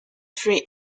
free